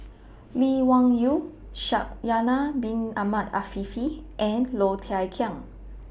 Lee Wung Yew Shaikh Yahya Bin Ahmed Afifi and Low Thia Khiang